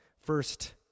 first